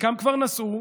חלקם כבר נסעו,